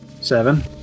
Seven